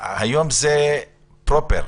היום זה פרופר.